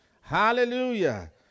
Hallelujah